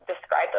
describe